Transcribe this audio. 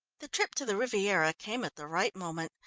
the trip to the riviera came at the right moment.